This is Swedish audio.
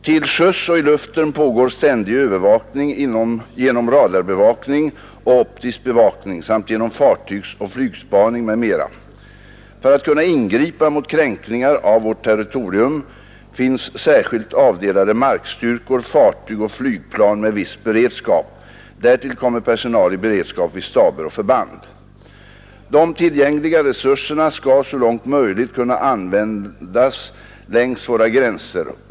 Till sjöss och i luften pågår ständig övervakning genom radarbevakning och optisk bevakning samt genom fartygsoch flygspaning m.m. För att kunna ingripa mot kränkningar av vårt territorium finns särskilt avdelade markstyrkor, fartyg och flygplan med viss beredskap. Därtill kommer personal i beredskap vid staber och förband. De tillgängliga resurserna skall så långt möjligt kunna användas längs våra gränser.